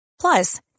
Plus